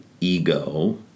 ego